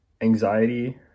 anxiety